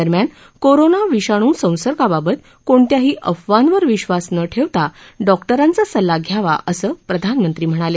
दरम्यान कोरोना विषाणू संसर्गाबाबत कोणत्याही अफवांवर विश्वास न ठेवता डॉक्टारांचा सल्ला घ्यावा असं प्रधानमंत्री म्हणाले